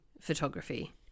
photography